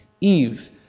Eve